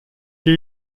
die